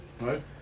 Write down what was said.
right